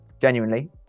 genuinely